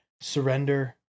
surrender